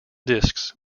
discs